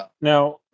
Now